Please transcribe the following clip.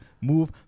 move